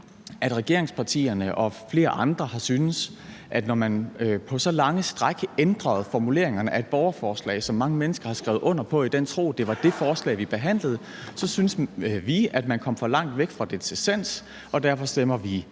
at regeringspartierne og flere andre har syntes, at når man på så lange stræk ændrede formuleringerne af et borgerforslag, som mange mennesker har skrevet under på i den tro, at det var det forslag, vi behandlede, så kom man for langt væk fra dets essens. Derfor stemmer vi